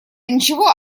ничего